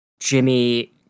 Jimmy